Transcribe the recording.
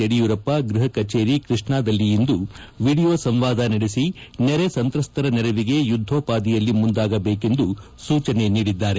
ಯಡಿಯೂರಪ್ಪ ಗೃಹ ಕಚೇರಿ ಕೃಷ್ಣಾದಲ್ಲಿಂದು ವಿಡಿಯೋ ಸಂವಾದ ನಡೆಸಿ ನೆರೆ ಸಂತ್ರಸ್ತರ ನೆರವಿಗೆ ಯುದ್ಧೋಪಾದಿಯಲ್ಲಿ ಮುಂದಾಗಬೇಕೆಂದು ಸೂಚನೆ ನೀಡಿದ್ದಾರೆ